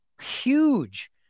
Huge